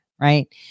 right